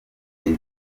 wose